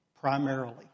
primarily